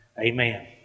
Amen